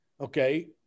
okay